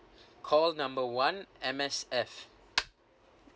call number one M_S_F